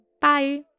Bye